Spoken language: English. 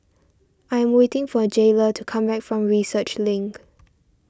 I am waiting for Jaylah to come back from Research Link